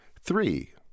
Three